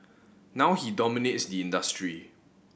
now he dominates the industry